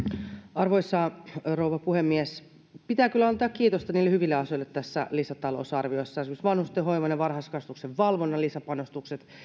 arvoisa rouva puhemies pitää kyllä antaa kiitosta hyville asioille tässä lisätalousarviossa esimerkiksi vanhustenhoivan ja varhaiskasvatuksen valvonnan lisäpanostukset